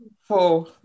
four